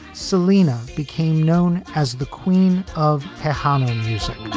selena became known as the queen of hollywood music.